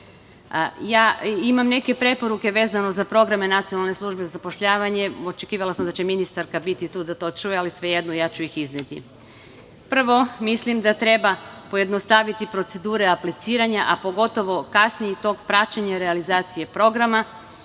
neke preporuke vezano za programe NSZ, očekivala sam da sam ministarka biti tu da to čuje, ali svejedno, ja ću ih izneti. Prvo, mislim da treba pojednostaviti procedure apliciranja, pogotovo kasniji tok praćenja realizacije programa